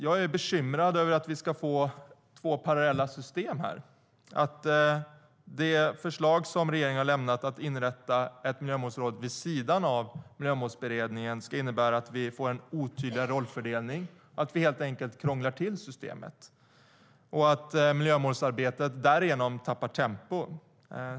Jag är bekymrad över att vi ska få två parallella system och att det förslag regeringen har lämnat om att inrätta ett miljömålsråd, vid sidan av Miljömålsberedningen, ska innebära att vi får en otydligare rollfördelning. Jag är bekymrad över att vi helt enkelt krånglar till systemet och att miljömålsarbetet därigenom tappar tempo.